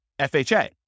FHA